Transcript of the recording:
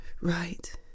right